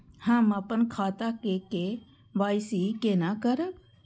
हम अपन खाता के के.वाई.सी केना करब?